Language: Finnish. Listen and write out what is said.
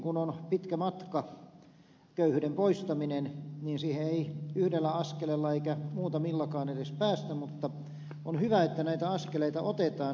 tietenkään kun köyhyyden poistamiseen on pitkä matka niin siihen ei yhdellä askeleella eikä muutamillakaan edes päästä mutta on hyvä että näitä askeleita otetaan